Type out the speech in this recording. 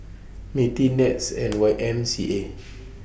Mti Nets and Y M C A